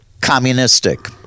communistic